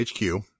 HQ